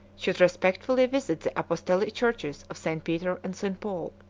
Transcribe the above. should respectfully visit the apostolic churches of st. peter and st. paul.